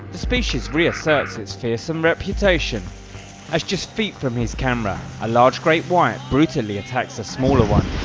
the species reasserts it's fearsome reputation as just feet from his camera a large great white brutally attacks a smaller one.